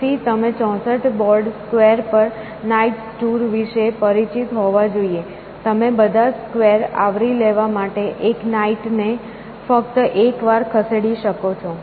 તેથી તમે 64 board chess square પર knights tour વિશે પરિચિત હોવા જોઈએ તમે બધા સ્ક્વેર આવરી લેવા માટે એક knight ને ફક્ત એક વાર ખસેડી શકો છો